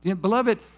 Beloved